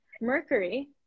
mercury